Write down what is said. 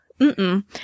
Mm-mm